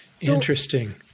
Interesting